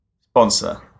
Sponsor